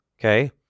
okay